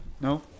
No